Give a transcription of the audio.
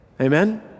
Amen